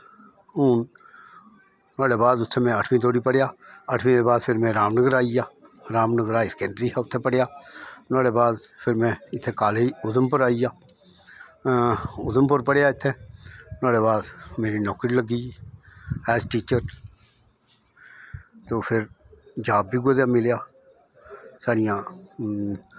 हून नोहाड़े बाद उत्थें में अठमीं तक पढ़ेआ अठमीं दे बाद में फिर रामनगर आई गेआ रामनगर हायर सकैंडरी हा उत्थें पढ़ेआ नोहाड़े बाद फिर में इत्थै कालेज उधमपुर आई गेआ उधमपुर पढ़ेआ इत्थें नोहाड़े बाद मेरी नौकरी लग्गी गेई ऐज़ टीचर ते फिर जाब बी कुदै मिलेआ साढ़ियां